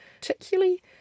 particularly